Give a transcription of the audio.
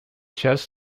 chest